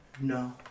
No